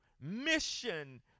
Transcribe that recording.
mission